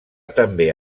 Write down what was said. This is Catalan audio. també